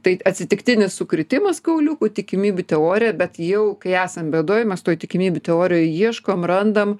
tai atsitiktinis sukritimas kauliukų tikimybių teorija bet jau kai esam bėdoj mes toj tikimybių teorijoj ieškom randam